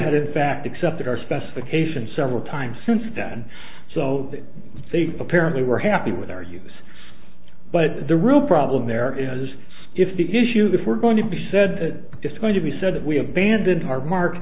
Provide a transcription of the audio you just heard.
had in fact accepted our specifications several times since then so they apparently were happy with our use but the real problem there is if the issue that we're going to be said that it's going to be said that we abandon our mark